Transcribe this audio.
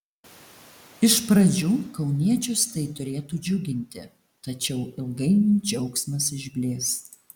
iš pradžių kauniečius tai turėtų džiuginti tačiau ilgainiui džiaugsmas išblės